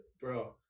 bro